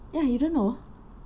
ya you don't know